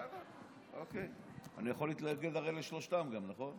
אני יכול להתנגד גם לשלושתם, נכון?